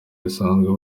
basanzwe